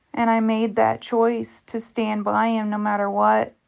and i made that choice to stand by him no matter what.